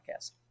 podcast